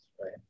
right